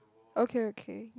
okay okay